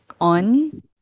on